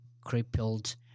crippled